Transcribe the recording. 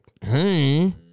Hey